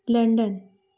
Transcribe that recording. London